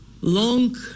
long